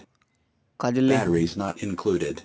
Kajli